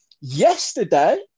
yesterday